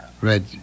Red